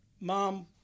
Mom